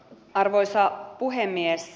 arvoisa puhemies